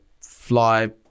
fly